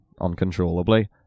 uncontrollably